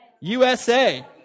USA